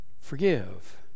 forgive